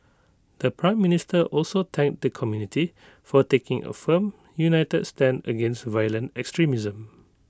the Prime Minister also thanked the community for taking A firm united stand against violent extremism